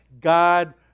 God